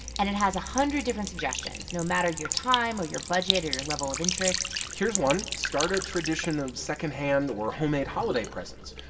and it has a hundred different suggestions, no matter your time or your budget or your level of interest here's one start a tradition of secondhand or homemade holiday presents,